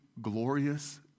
glorious